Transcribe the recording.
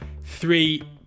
three